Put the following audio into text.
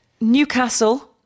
Newcastle